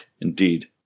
Indeed